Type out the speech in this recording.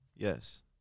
Yes